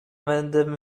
madame